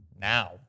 now